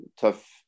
tough